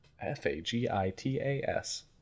F-A-G-I-T-A-S